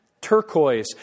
turquoise